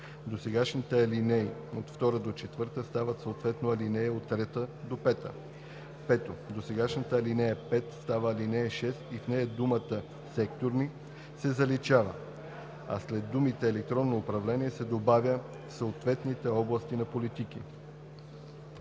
Досегашните ал. 2 – 4 стават съответно ал. 3 – 5. 5. Досегашната ал. 5 става ал. 6 и в нея думата „секторни“ се заличава, а след думите „електронно управление“ се добавя „в съответните области на политики“.“